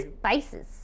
Spices